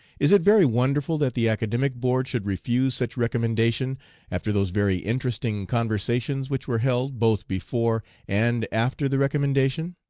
is it very wonderful that the academic board should refuse such recommendation after those very interesting conversations which were held both before and after the recommendation